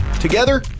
Together